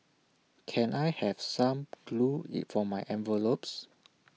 can I have some glue for my envelopes